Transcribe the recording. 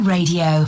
Radio